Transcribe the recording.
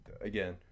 again